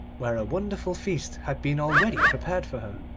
where a wonderful feast had been already prepared for her,